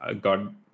God